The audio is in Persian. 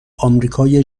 آمریکای